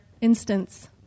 instance